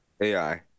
AI